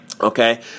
okay